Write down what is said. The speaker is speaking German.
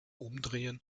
umdrehen